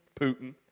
Putin